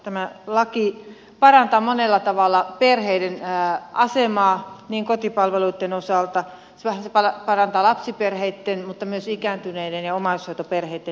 tämä laki parantaa monella tavalla perheiden asemaa kotipalveluitten osalta se parantaa lapsiperheitten mutta myös ikääntyneiden ja omais hoitoperheitten tilannetta